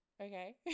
okay